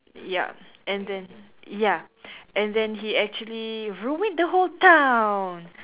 ya and then ya and then he actually ruined the whole town